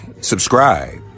subscribe